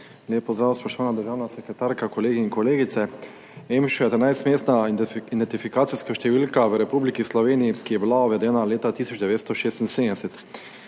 Lep pozdrav, spoštovana državna sekretarka, kolegi in kolegice! EMŠO je 13-mestna identifikacijska številka v Republiki Sloveniji, ki je bila uvedena leta 1976.